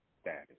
status